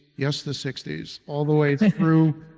yes the sixty s, all the way through